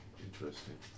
Interesting